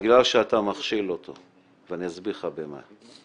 בגלל שאתה מכשיל אותו ואני אסביר לך במה.